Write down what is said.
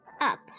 up